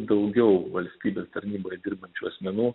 daugiau valstybės tarnyboje dirbančių asmenų